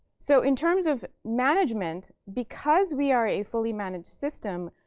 so in terms of management, because we are a fully managed system,